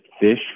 fish